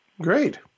Great